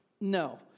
no